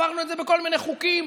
עברנו את זה בכל מיני חוקים.